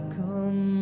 come